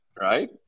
right